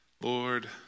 Lord